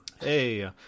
hey